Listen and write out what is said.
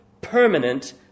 permanent